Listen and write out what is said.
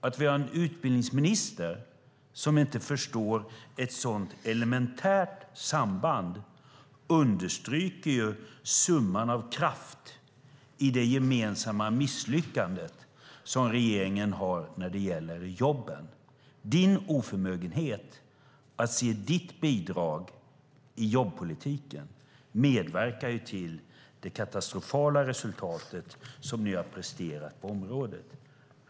Att vi har en utbildningsminister som inte förstår ett sådant elementärt samband understryker summan av kraft i regeringens gemensamma misslyckande när det gäller jobben. Din oförmögenhet att se ditt bidrag i jobbpolitiken medverkar till det katastrofala resultatet som ni har presterat på området.